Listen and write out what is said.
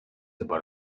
about